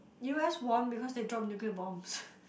u_s won because they dropped nuclear bombs